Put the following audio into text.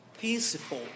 Peaceful